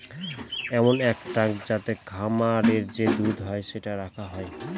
এমন এক ট্যাঙ্ক যাতে খামারে যে দুধ হয় সেটা রাখা যায়